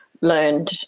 learned